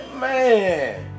Man